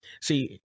See